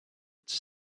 its